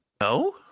No